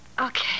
Okay